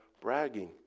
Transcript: bragging